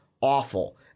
awful